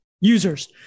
users